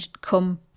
come